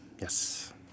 Yes